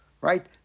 right